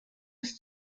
bis